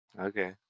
Okay